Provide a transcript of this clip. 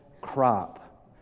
crop